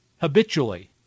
habitually